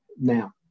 now